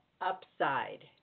Upside